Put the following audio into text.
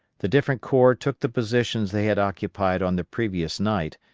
the different corps took the positions they had occupied on the previous night,